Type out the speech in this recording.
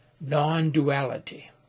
non-duality